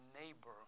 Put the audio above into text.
neighbor